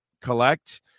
collect